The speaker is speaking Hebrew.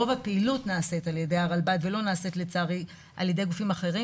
רוב הפעילות נעשית על ידי הרלב"ד ולא נעשית לצערי על ידי גופים אחרים.